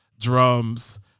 drums